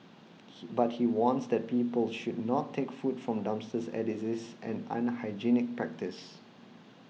he but he warns that people should not take food from dumpsters as it is an unhygienic practice